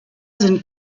sind